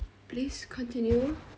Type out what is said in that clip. please continue